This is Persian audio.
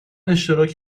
اشتراک